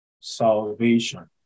salvation